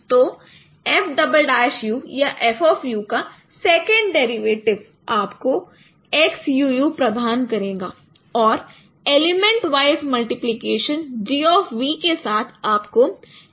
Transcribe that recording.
तो F" या F का सेकंड डेरिवेटिव आपको Xᵤᵤ प्रदान करेगा और एलिमेंट वाइज मल्टीप्लिकेशन G के साथ आपको Xᵤᵤ प्रदान करेगा